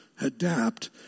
adapt